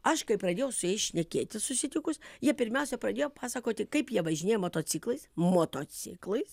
aš kai pradėjau su jais šnekėtis susitikus jie pirmiausia pradėjo pasakoti kaip jie važinėja motociklais motociklais